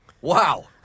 Wow